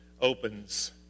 opens